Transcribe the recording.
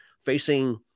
facing